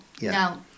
Now